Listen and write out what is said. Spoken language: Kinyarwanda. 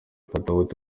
katawuti